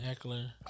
Eckler